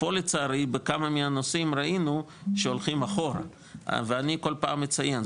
פה לצערי בכמה מהנושאים ראינו שהולכים אחורה ואני כל פעם מציין,